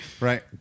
Right